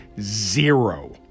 zero